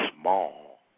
small